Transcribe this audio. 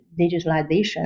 digitalization